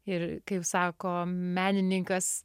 ir kaip sako menininkas